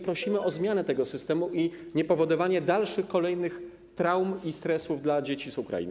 Prosimy o zmianę tego systemu i niepowodowanie dalszych, kolejnych traum i stresów u dzieci z Ukrainy.